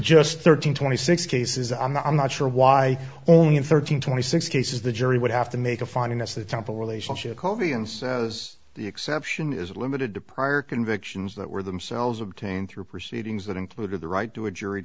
just thirteen twenty six cases i'm not i'm not sure why only in thirteen twenty six cases the jury would have to make a finding that's the temple relationship kovi and as the exception is limited to prior convictions that were themselves obtained through proceedings that included the right to a jury